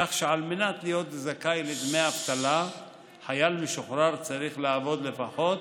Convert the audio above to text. כך שעל מנת להיות זכאי לדמי אבטלה חייל משוחרר צריך לעבוד לפחות